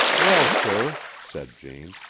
well, sir, said jane,